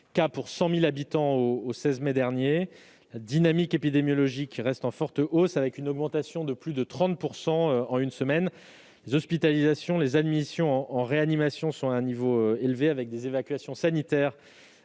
cas pour 100 000 habitants au 16 mai dernier ; la dynamique épidémiologique reste en forte hausse, enregistrant une augmentation de plus de 30 % en une semaine ; les hospitalisations et admissions en réanimation sont à un niveau élevé, avec, sauf erreur